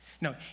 No